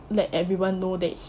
let everyone know that he